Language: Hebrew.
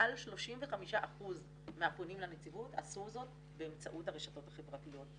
מעל 35% מהפונים לנציבות עשו זאת באמצעות הרשתות החברתיות.